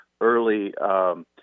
early –